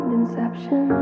inception